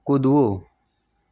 કૂદવું